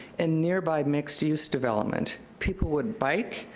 and nearby mixed-use development. people would bike,